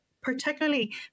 particularly